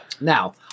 now